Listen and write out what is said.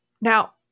Now